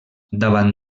davant